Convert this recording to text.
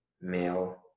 male